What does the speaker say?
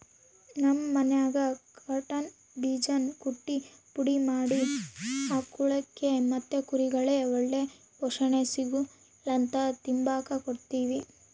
ನಮ್ ಮನ್ಯಾಗ ಕಾಟನ್ ಬೀಜಾನ ಕುಟ್ಟಿ ಪುಡಿ ಮಾಡಿ ಆಕುಳ್ಗುಳಿಗೆ ಮತ್ತೆ ಕುರಿಗುಳ್ಗೆ ಒಳ್ಳೆ ಪೋಷಣೆ ಸಿಗುಲಂತ ತಿಂಬಾಕ್ ಕೊಡ್ತೀವಿ